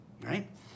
right